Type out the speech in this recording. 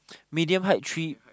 medium height tree